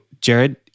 Jared